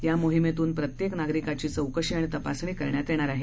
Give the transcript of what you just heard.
या मोहिमेतून प्रत्येक नागरिकांची चौकशी तपासणी करण्यात येणार आहे